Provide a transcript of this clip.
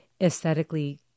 aesthetically